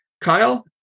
Kyle